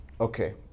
okay